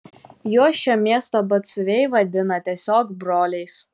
juos šio miesto batsiuviai vadina tiesiog broliais